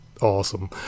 awesome